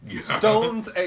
Stones